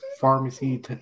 pharmacy